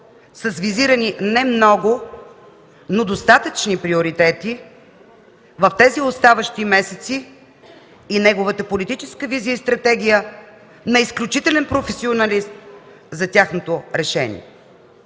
с визирани немного, но достатъчни приоритети в тези оставащи месеци, и неговата политическа визия и стратегия на изключителен професионалист за тяхното решение.